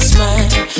Smile